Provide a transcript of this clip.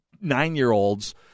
nine-year-olds